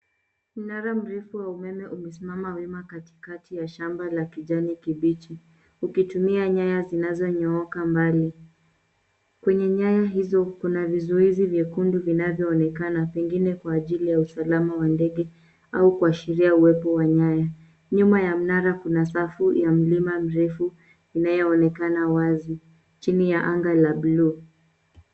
Mnara mrefu wa umeme umesimama wima katikati ya shamba la kijani kibichi ukitumia nyaya zinazonyooka mbali. Kwenye nyaya hizo kuna vizuizi vyekundu vinavyoonekana pengine kwa ajili ya usalama wa ndege au kuashiria uwepo wa nyaya. Nyuma ya mnara kuna safu ya milima mirefu inayoonekana wazi chini ya anga la buluu.